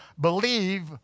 believe